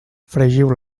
fregiu